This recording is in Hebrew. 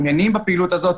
מעוניינים בפעילות הזאת,